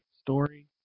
story